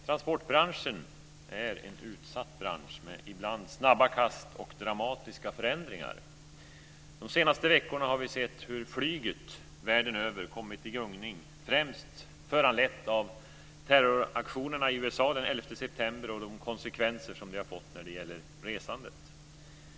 Fru talman! Transportbranschen är en utsatt bransch med ibland snabba kast och dramatiska förändringar. De senaste veckorna har vi sett hur flyget världen över kommit i gungning främst föranlett av terroraktionerna i USA den 11 september och de konsekvenser som detta har fått när det gäller resandet.